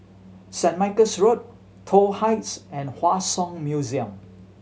Saint Michael's Road Toh Heights and Hua Song Museum